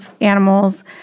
animals